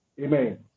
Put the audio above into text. Amen